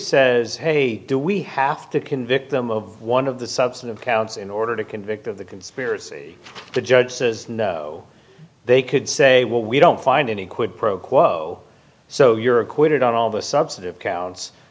says hey do we have to convict them of one of the substantive counts in order to convict of the conspiracy the judge says they could say well we don't find any quid pro quo so you're acquitted on all the subset of counts